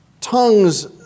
tongues